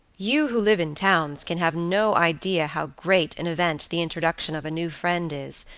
you, who live in towns, can have no idea how great an event the introduction of a new friend is,